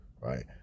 right